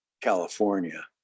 California